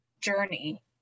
journey